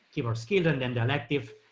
keyboard skill and then the elective.